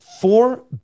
Four